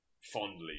fondly